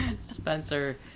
Spencer